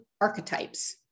archetypes